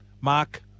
Mark